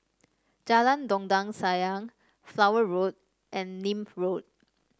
Jalan Dondang Sayang Flower Road and Nim Road